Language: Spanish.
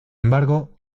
embargo